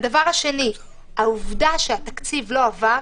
העובדה שהתקציב לא עבר,